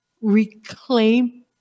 reclaim